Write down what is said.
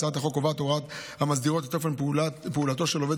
הצעת החוק קובעת הוראות המסדירות את אופן פעולתו של עובד